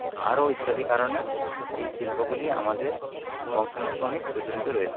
আরো ইত্যাদি কারণে এই শিল্পগুলি আমাদের বংশানুক্রমে প্রচলিত রয়েছে